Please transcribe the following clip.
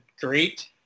great